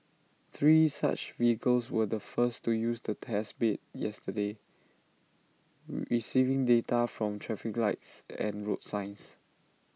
three such vehicles were the first to use the test bed yesterday receiving data from traffic lights and road signs